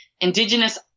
indigenous